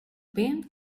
band